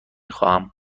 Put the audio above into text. خواهم